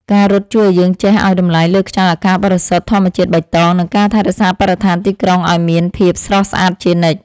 ការរត់ជួយឱ្យយើងចេះឱ្យតម្លៃលើខ្យល់អាកាសបរិសុទ្ធ ធម្មជាតិបៃតង និងការថែរក្សាបរិស្ថានទីក្រុងឱ្យមានភាពស្រស់ស្អាតជានិច្ច។